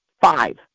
five